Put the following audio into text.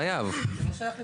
זה לא שייך לפה.